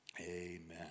Amen